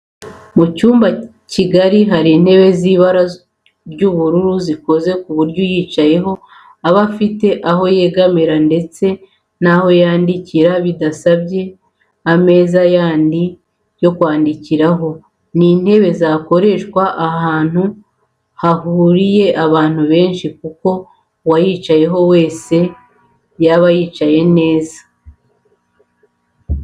Mu cyumba kigari hari intebe ziri mu ibara ry'ubururu zikozwe ku buryo uyicayeho aba afite aho yegamira ndetse n'aho kwandikira bidasabye ameza yandi yo kwandikiraho. Ni intebe zakoreshwa ahantu hahuriye abantu benshi kuko uwayicaraho wese yaba yicaye neza